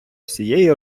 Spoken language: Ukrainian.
всієї